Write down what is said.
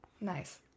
Nice